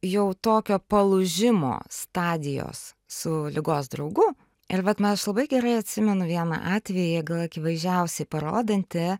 jau tokio palūžimo stadijos su ligos draugu ir vat aš labai gerai atsimenu vieną atvejį jeigu akivaizdžiausiai parodantį